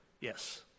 Yes